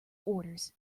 orders